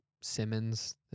Simmons